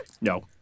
No